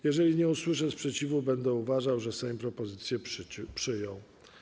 Jeżeli nie usłyszę sprzeciwu, będę uważał, że Sejm propozycję przyjął.